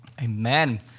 Amen